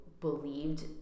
believed